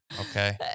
okay